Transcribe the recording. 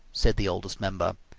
said the oldest member.